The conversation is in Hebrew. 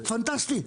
פנטסטי,